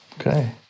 Okay